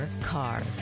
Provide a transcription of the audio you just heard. car